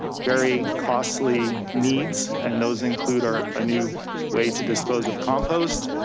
very costly needs, and those include our, a new way to dispose of compost,